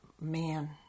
man